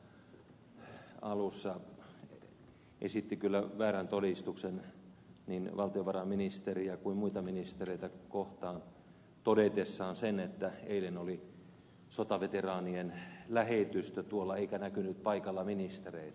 tallqvist tuossa alussa esitti kyllä väärän todistuksen niin valtiovarainministeriä kuin muita ministereitä kohtaan todetessaan sen että eilen oli sotaveteraanien lähetystö tuolla eikä näkynyt paikalla ministereitä